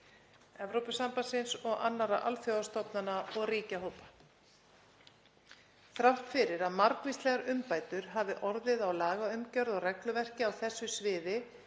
Evrópusambandsins og annarra alþjóðastofnana og ríkjahópa. Þrátt fyrir að margvíslegar umbætur hafi orðið á lagaumgjörð og regluverki á þessu sviði